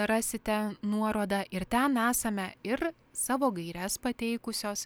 rasite nuorodą ir ten esame ir savo gaires pateikusios